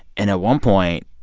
and at one point,